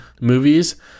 movies